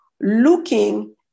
looking